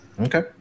Okay